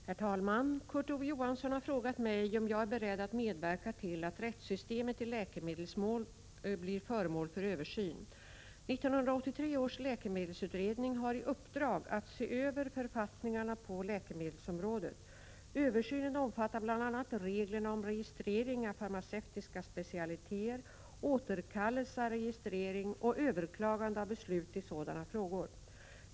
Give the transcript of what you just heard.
Herr talman! Kurt Ove Johansson har frågat mig om jag är beredd att medverka till att rättssystemet i läkemedelsmål blir föremål för översyn. 1983 års läkemedelsutredning har i uppdrag att se över författningarna på läkemedelsområdet. Översynen omfattar bl.a. reglerna om registrering av farmaceutiska specialiteter samt återkallelse av registrering och överklagande av beslut i sådana frågor.